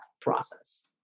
process